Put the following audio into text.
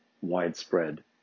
widespread